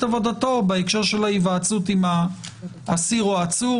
עבודתו בהקשר להיוועצות עם האסיר או העצור,